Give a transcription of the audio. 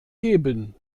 geben